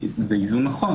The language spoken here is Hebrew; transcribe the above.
זה איזון נכון.